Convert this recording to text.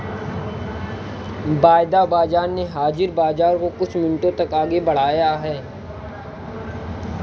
वायदा बाजार ने हाजिर बाजार को कुछ मिनटों तक आगे बढ़ाया